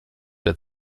der